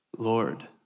Lord